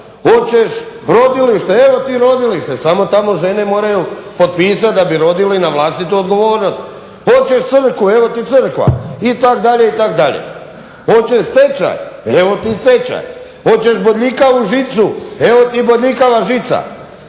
Hoćeš rodilište, evo ti i rodilište, samo tamo žene moraju potpisati da bi rodile na vlastitu odgovornost. Hoćeš crkvu, evo ti crkva, itd., itd. Hoćeš stečaj, evo ti i stečaj. Hoćeš bodljikavu žicu, evo ti i bodljikava žica.